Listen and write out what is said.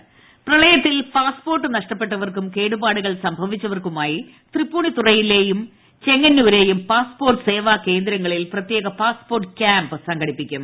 passport camp പ്രളയത്തിൽ passport നഷ്ടപ്പെട്ടവർക്കും കേടുപാടുകൾ സംഭവിച്ചവർക്കുമായി തൃപ്പൂണിത്തുറയിലെയും ചെങ്ങന്നൂരെയും പിാസ്പോർട്ട് സേവാ കേന്ദ്രങ്ങളിൽ പ്രത്യേക പാസ്പോർട്ട് ക്യാംപ് ്സംഘടിപ്പിക്കും